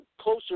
closer